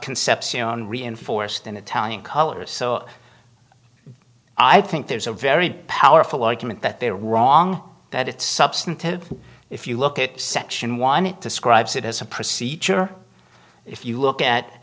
concepcion reinforced in italian colors so i think there's a very powerful argument that they're wrong that it's substantive if you look at section one it describes it as a procedure if you look at